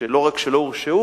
שלא רק שלא הורשעו,